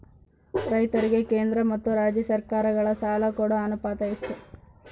ರೈತರಿಗೆ ಕೇಂದ್ರ ಮತ್ತು ರಾಜ್ಯ ಸರಕಾರಗಳ ಸಾಲ ಕೊಡೋ ಅನುಪಾತ ಎಷ್ಟು?